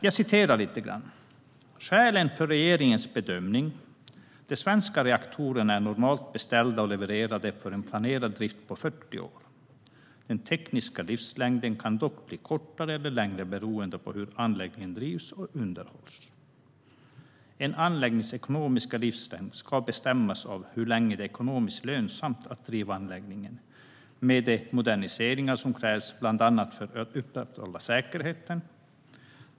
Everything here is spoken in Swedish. Jag ska citera lite grann - det gäller skälen för regeringens bedömning: "De svenska reaktorerna är normalt beställda och levererade för en planerad drift på 40 år. Den tekniska livslängden kan dock bli kortare eller längre, beroende på hur anläggningen drivs och underhålls. En anläggnings ekonomiska livslängd ska bestämmas av hur länge det är ekonomiskt lönsamt att driva anläggningen med de moderniseringar som krävs, bl.a. för att upprätthålla säkerheten.